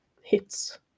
hits